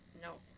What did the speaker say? No